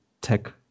tech